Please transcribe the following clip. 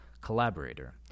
Collaborator